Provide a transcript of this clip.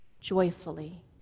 joyfully